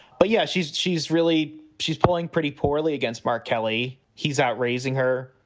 but yeah, she's she's really she's polling pretty poorly against mark kelly. he's outraising her.